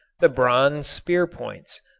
the bronze spearpoints,